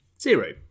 Zero